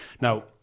Now